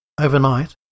Overnight